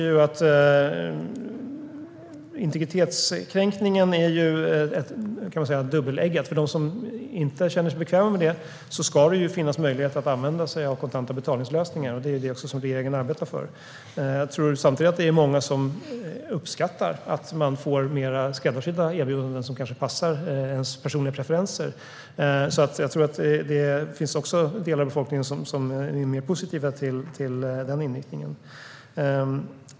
Integritetskränkningen är dubbeleggad. För dem som inte känner sig bekväma ska det finnas möjlighet att använda sig av kontanta betalningslösningar, vilket regeringen också arbetar för. Samtidigt är det nog många som uppskattar att få mer skräddarsydda erbjudanden som passar ens personliga preferenser. Det finns alltså delar av befolkningen som är mer positiva till detta.